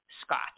Scott